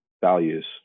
values